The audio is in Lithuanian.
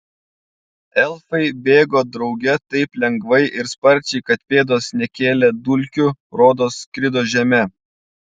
elfai bėgo drauge taip lengvai ir sparčiai kad pėdos nekėlė dulkių rodos skrido žeme